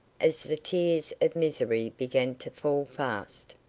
as the tears of misery began to fall fast.